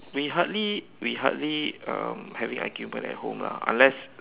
we hardly we hardly um having argument at home lah unless